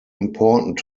important